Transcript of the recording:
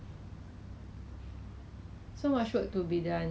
then 你有被抓吗 actually illegal 是吗还是